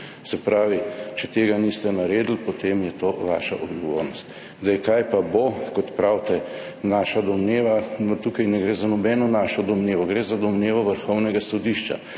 Se pravi, če tega niste naredili, potem je to vaša odgovornost. Kaj pa bo, kot pravite, naša domneva? Tukaj ne gre za nobeno našo domnevo, gre za domnevo Vrhovnega sodišča,